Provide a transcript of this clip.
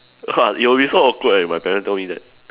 it'll be so awkward leh if my parents told me that